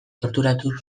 torturatu